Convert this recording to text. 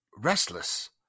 restless